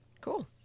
Cool